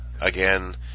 again